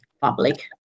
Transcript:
public